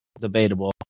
debatable